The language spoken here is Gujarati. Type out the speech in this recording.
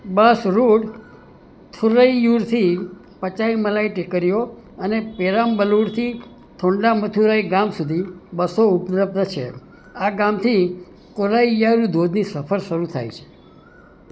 બસ રૂટ થુરૈઇયુરથી પચાઈમલાઈ ટેકરીઓ અને પેરામ્બલૂરથી થોંડામથુરાઈ ગામ સુધી બસો ઉપલબ્ધ છે આ ગામથી કોરાઇયારુ ધોધની સફર શરૂ થાય છે